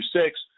six